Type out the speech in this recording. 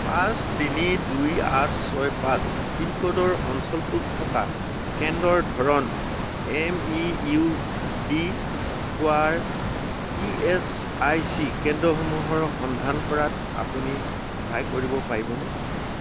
পাঁচ তিনি দুই আঠ ছয় পাঁচ পিনক'ডৰ অঞ্চলটোত থকা কেন্দ্ৰৰ ধৰণ এম ই ইউ ডি হোৱাৰ ই এছ আই চি কেন্দ্ৰসমূহৰ সন্ধান কৰাত আপুনি সহায় কৰিব পাৰিবনে